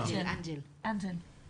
בילדים מתחת לגיל 14 ועל המענים שקיימים